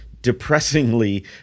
Depressingly